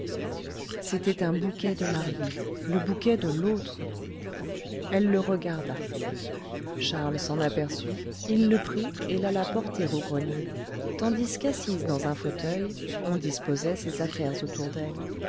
c'était un bouquet de mariée le bouquet de l'autre elle le regarda charles s'en aperçut il le prit et l'alla porter au grenier tandis qu'assise dans un fauteuil on disposait ses affaires autour d'elle